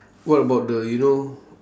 what about the you know